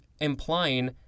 implying